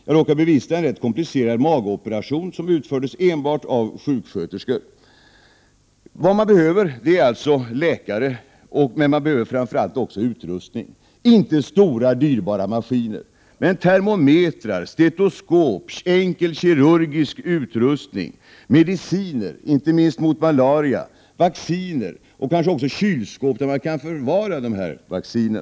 Jag råkade bevista en rätt komplicerad magopera Vad man behöver är alltså läkare och framför allt utrustning. Man behöver inte stora dyrbara maskiner men termometrar, stetoskop, enkel kirurgisk utrustning, mediciner, inte minst mot malaria, vacciner och kanske också kylskåp där man kan förvara dessa vacciner.